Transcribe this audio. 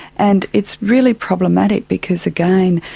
and it's really problematic because, again,